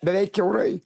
beveik kiaurai